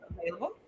available